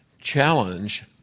challenge